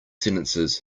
sentences